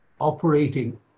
operating